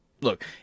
Look